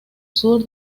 sur